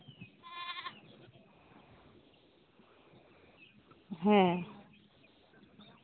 ᱦᱮᱸ